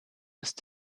ist